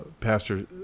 pastor